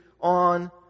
on